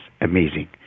amazing